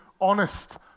honest